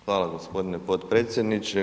Hvala g. potpredsjedniče.